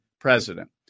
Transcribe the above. president